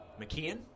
McKeon